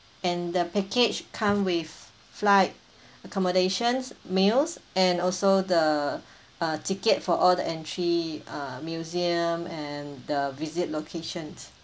and the package come with flight accommodations meals and also the uh ticket for all the entry uh museum and the visit locations